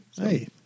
Hey